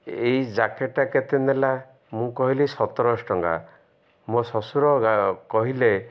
ଏଇ ଜ୍ୟାକେଟ୍ଟା କେତେ ନେଲା ମୁଁ କହିଲି ସତରଶହ ଟଙ୍କା ମୋ ଶ୍ୱଶୁର କହିଲେ